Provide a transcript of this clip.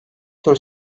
tur